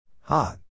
Hot